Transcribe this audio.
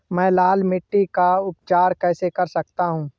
मैं लाल मिट्टी का उपचार कैसे कर सकता हूँ?